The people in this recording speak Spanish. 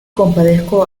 compadezco